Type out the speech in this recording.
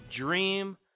dream